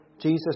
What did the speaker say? Jesus